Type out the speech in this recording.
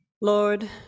Lord